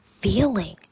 feeling